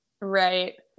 Right